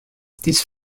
these